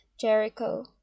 Jericho